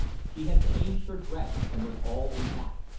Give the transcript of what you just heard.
she had changed her dress, and was all in black.